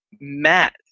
Matt